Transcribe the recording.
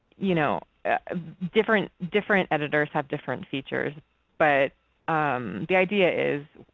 you know different different editors have different features but the idea is